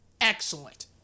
excellent